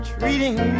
Treating